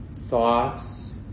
thoughts